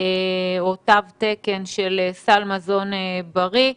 או תו תקן של מזון בריא.